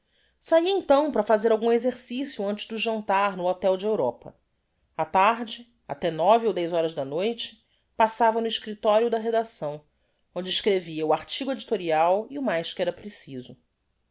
sahia então para fazer algum exercicio antes do jantar no hotel de europa a tarde até nove ou dez horas da noite passava no escriptorio da redacção onde escrevia o artigo edictorial e o mais que era preciso